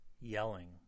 Yelling